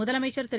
முதலமைச்சர் திரு